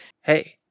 Hey